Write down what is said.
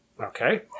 Okay